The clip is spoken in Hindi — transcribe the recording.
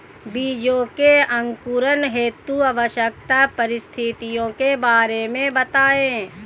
बीजों के अंकुरण हेतु आवश्यक परिस्थितियों के बारे में बताइए